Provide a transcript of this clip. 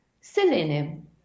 Selene